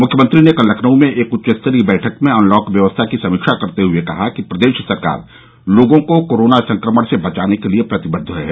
मुख्यमंत्री ने कल लखनऊ में एक उच्चस्तरीय बैठक में अनलॉक व्यवस्था की समीक्षा करते हुए कहा कि प्रदेश सरकार लोगों को कोरोना संक्रमण से बचाने के लिये प्रतिबद्व है